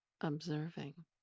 observing